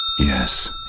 Yes